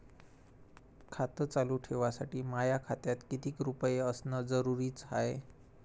खातं चालू ठेवासाठी माया खात्यात कितीक रुपये असनं जरुरीच हाय?